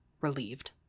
relieved